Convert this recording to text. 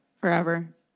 Forever